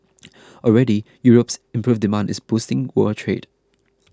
already Europe's improved demand is boosting world trade